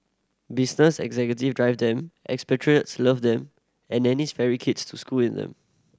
business executive drive them expatriates love them and nannies ferry kids to school in them